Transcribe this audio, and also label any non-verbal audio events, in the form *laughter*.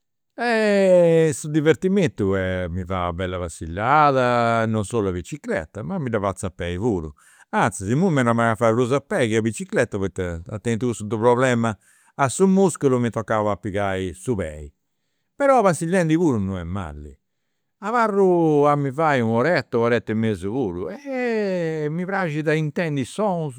*hesitation* su divertimentu est mi fai una bella passillada, non solu a bicicreta ma mi dda fatzu a pei puru, anzis imui mega a mi dda fai prus a pei chi a bicicreta poita at tentu cussu dus problemas, a su musculu, m'est tocau a pigai su pei. Però passillendi puru non est mali, abarru a mi fai u' oretta u' oretta e mesu puru e *hesitation* mi praxit a intendi i' sonus,